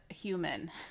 human